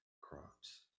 crops